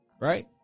right